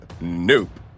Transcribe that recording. Nope